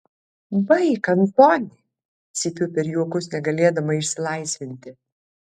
baik antoni cypiu per juokus negalėdama išsilaisvinti